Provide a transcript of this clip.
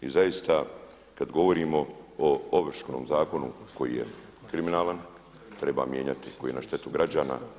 I zaista kad govorimo o Ovršnom zakonu koji je kriminalan treba mijenjati, koji je na štetu građana.